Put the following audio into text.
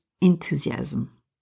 enthusiasm